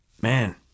Man